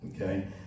okay